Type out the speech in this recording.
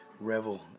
revel